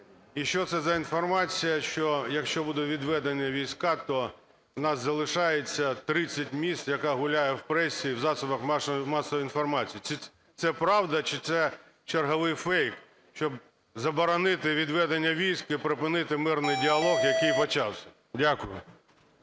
І що це за інформація, що якщо будуть відведені війська, то в нас залишається 30 місць, яка гуляє в пресі, в засобах масової інформації, це правда чи це черговий фейк, щоб заборонити відведення військ і припинити мирний діалог, який почався? Дякую.